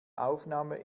aufnahme